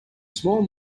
small